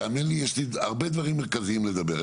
תאמין לי שיש הרבה דברים מרכזיים לדבר עליהם.